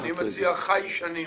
אני מציע ח"י שנים.